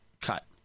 cut